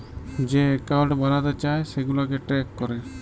যে একাউল্ট বালাতে চায় সেগুলাকে ট্র্যাক ক্যরে